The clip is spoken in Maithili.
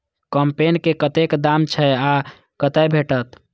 कम्पेन के कतेक दाम छै आ कतय भेटत?